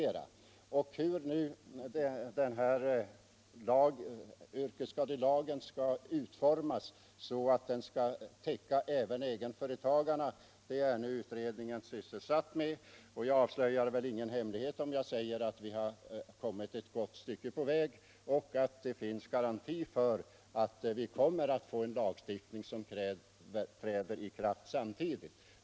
Utredningen är nu sysselsatt med frågan hur yrkesskadelagen skall utformas för att täcka även egenföretagarna. Jag avslöjar väl ingen hemlighet om jag säger att vi kommit ett gott stycke på väg. Det finns garantier för att vi kommer att få en lag som kan träda i kraft på utsatt tid.